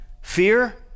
fear